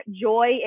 joy